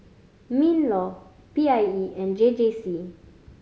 MinLaw P I E and J J C